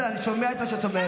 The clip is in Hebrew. בסדר, אני שומע את מה שאת אומרת.